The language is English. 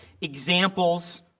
examples